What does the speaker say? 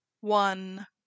one